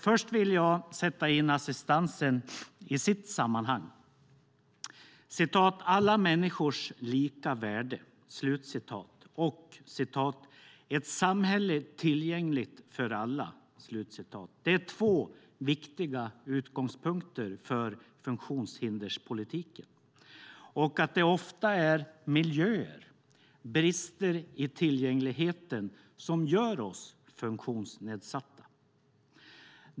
Först vill jag sätta in assistansen i dess sammanhang. "Alla människors lika värde" och "ett samhälle tillgängligt för alla" är två viktiga utgångspunkter för funktionshinderspolitiken. Det är ofta miljöer och brister i tillgängligheten som gör oss funktionsnedsatta.